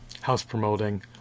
house-promoting